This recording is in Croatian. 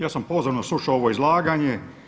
Ja sam pozorno slušao ovo izlaganje.